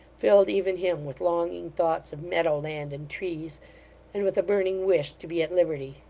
filled even him with longing thoughts of meadow-land and trees and with a burning wish to be at liberty.